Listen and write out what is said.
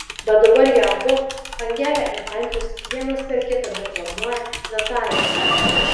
bet dabar jie abu angelė ir andrius vienas per kitą deklamuoja cvetajevą